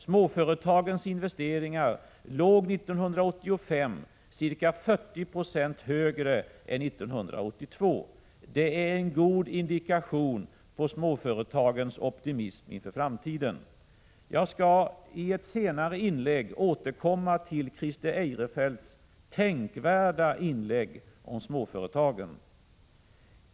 Småföretagens investeringar låg 1985 ca 40 26 högre än 1982. Detta är en god indikation på småföretagens optimism inför framtiden. Jag skall i ett senare inlägg återkomma till Christer Eirefelts tänkvärda inlägg om småföretagen.